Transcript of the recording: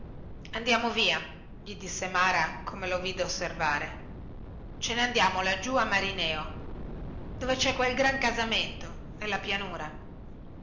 andiamo via gli disse mara come lo vide osservare ce ne andiamo laggiù a marineo dove cè quel gran casamento nella pianura